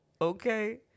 okay